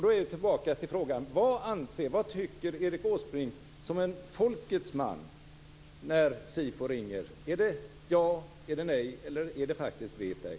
Då är vi tillbaka till frågan: Vad tycker Erik Åsbrink, som en folkets man, när SIFO ringer? Är det ja, nej eller vet ej?